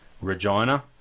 Regina